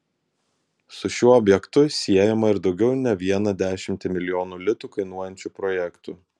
su šiuo objektu siejama ir daugiau ne vieną dešimtį milijonų litų kainuojančių projektų